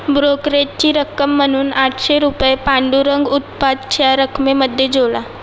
ब्रोकरेजची रक्कम म्हणून आठशे रुपये पांडुरंग उत्पातच्या रकमेमध्ये जोडा